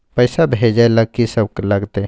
पैसा भेजै ल की सब लगतै?